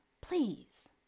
please